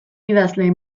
idazle